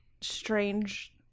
strange